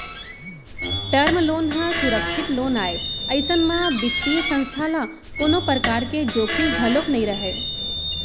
term loan ह सुरक्छित loan आय अइसन म बित्तीय संस्था ल कोनो परकार के जोखिम घलोक नइ रहय